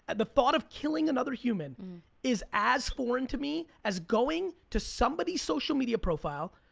the thought of killing another human is as foreign to me as going to somebody's social media profile,